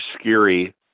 scary